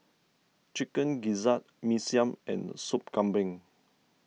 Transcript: Chicken Gizzard Mee Siam and Sop Kambing